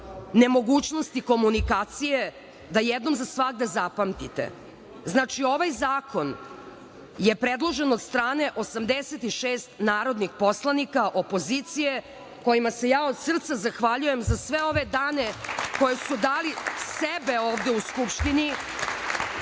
nemogućnosti komunikacije da jednoj za svagda zapamtite. Znači, ovaj zakon je predložen od strane 86 narodnih poslanika opozicije kojima se ja od srca zahvaljujem za sve ove dane koji su dali sebe ovde u Skupštini,